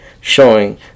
showing